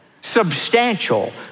substantial